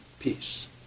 Peace